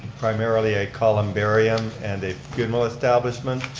primarily a columbarium and a funeral establishment.